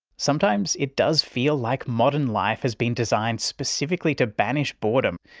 sometimes it does feel like modern life has been designed specifically to banish boredom.